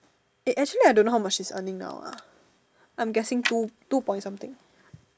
eh actually I don't know how much she is earning now ah I'm guessing two two point something